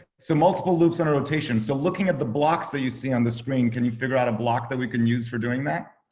so multiple loops on a rotation. so looking at the blocks that you see on the screen, can you figure out a block that we can use for doing that?